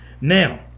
Now